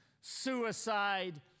suicide